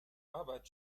arbeit